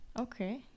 Okay